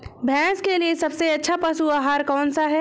भैंस के लिए सबसे अच्छा पशु आहार कौन सा है?